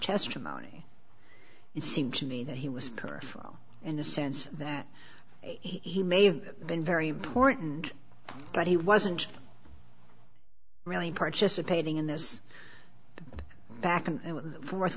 testimony it seems to me that he was careful in the sense that he may have been very important but he wasn't really participating in this back and forth